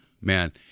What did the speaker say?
Man